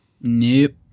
Nope